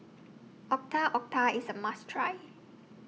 Otak Otak IS A must Try